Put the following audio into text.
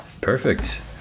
Perfect